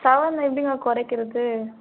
செவனில் எப்படிங்க குறைக்கிறது